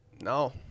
No